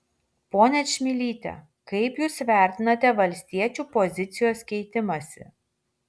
ponia čmilyte kaip jūs vertinate valstiečių pozicijos keitimąsi